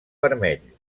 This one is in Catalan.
vermell